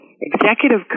executive